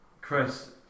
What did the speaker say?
Chris